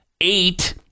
eight